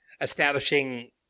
establishing